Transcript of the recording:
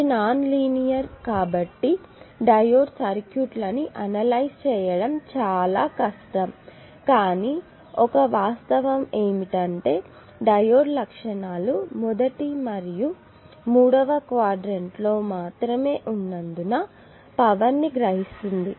ఇది non linear కాబట్టి diode సర్క్యూట్లను అనలైజ్ చేయడం చాలా కష్టం కానీ ఒక వాస్తవం ఏమిటంటే డయోడ్ లక్షణాలు మొదటి మరియు మూడవ క్వాడ్రంట్ లో మాత్రమే ఉన్నందున ఇది కూడా పవర్ ని గ్రహిస్తుంది